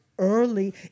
early